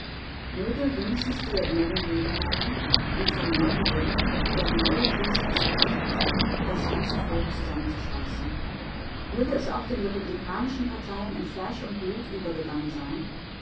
möge wenigstens die erinnerung leben bleiben und von neuem wirken wenn neue krisen es nötig machen das ganze volk zusammenzuschweißen möge es auch den republikanischen parteien in fleisch und blut übergegangen sein